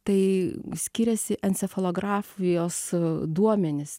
tai skiriasi encefalografijos duomenys